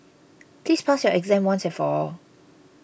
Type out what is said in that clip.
please pass your exam once and for all